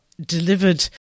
delivered